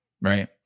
right